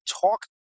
talk